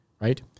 right